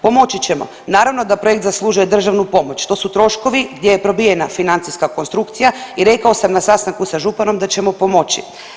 Pomoći ćemo, naravno da projekt zaslužuje državnu pomoć, to su troškovi gdje je probijena financijska konstrukcija i rekao sam na sastanku sa županom da ćemo pomoći.